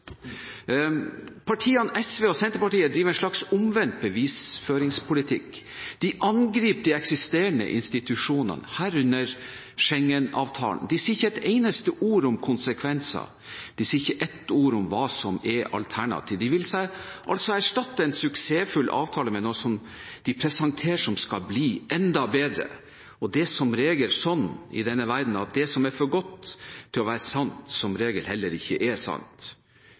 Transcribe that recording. Partiene SV og Senterpartiet driver en slags omvendt bevisføringspolitikk. De angriper de eksisterende institusjonene, herunder Schengen-avtalen. De sier ikke et eneneste ord om konsekvenser. De sier ikke ett ord om hva som er alternativer. De vil altså erstatte en suksessfull avtale med noe som de presenterer som skal bli enda bedre. Det er som regel sånn i denne verden at det som er for godt til å være sant, som regel heller ikke er sant.